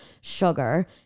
sugar